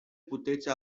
puteți